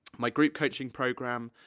my group coaching programme,